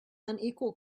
unequal